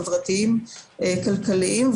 חברתיים וכלכליים.